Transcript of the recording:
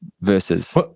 versus